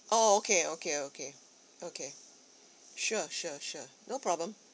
oh okay okay okay okay sure sure sure no problem